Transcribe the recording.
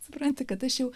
supranti kad aš jau